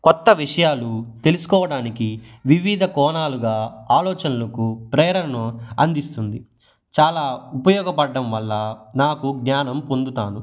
కొత్త విషయాలు తెలుసుకోవడానికి వివిధ కోణాలుగా ఆలోచనలకు ప్రేరణను అందిస్తుంది చాలా ఉపయోగపడడం వల్ల నాకు జ్ఞానం పొందుతాను